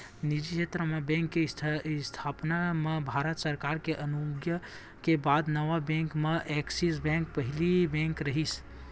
निजी छेत्र म बेंक के इस्थापना म भारत सरकार के अनुग्या के बाद नवा बेंक म ऐक्सिस बेंक पहिली बेंक रिहिस